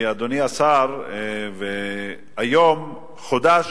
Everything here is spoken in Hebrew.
כי, אדוני השר, היום חודשה